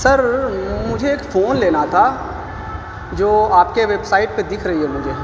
سر مجھے ایک فون لینا تھا جو آپ کے ویب سائٹ پہ دکھ رہی ہے مجھے